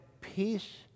peace